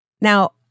Now